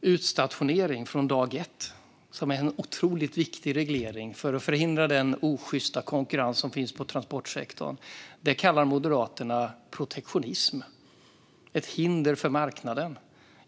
Utstationering från dag ett, som är en otroligt viktig reglering för att förhindra den osjysta konkurrens som finns inom transportsektorn, kallar Moderaterna protektionism - ett hinder för marknaden.